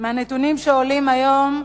מהנתונים שעולים היום,